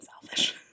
selfish